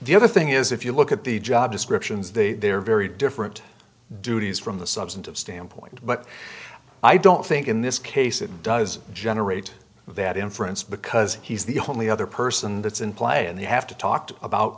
the other thing is if you look at the job descriptions they're very different duties from the substantive standpoint but i don't think in this case it does generate that inference because he's the only other person that's in play and they have to talk to about